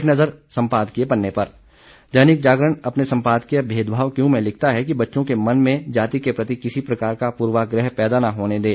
एक नजर संपादकीय पन्ने पर दैनिक जागरण ने अपने संपादकीय भेदभाव क्यों में लिखता है कि बच्चों के मन में जाति के प्रति किसी प्रकार का पूर्वाग्रह पैदा न होने दें